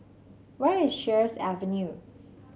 where is Sheares Avenue